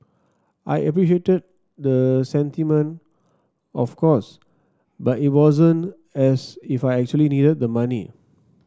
I appreciated the sentiment of course but it wasn't as if I actually needed the money